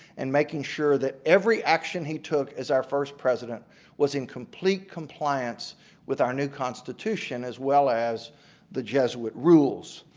and making sure that every action he took as our first president was in complete compliance with our new constitution as well as the jesuit rules.